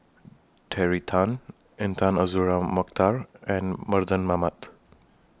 Terry Tan Intan Azura Mokhtar and Mardan Mamat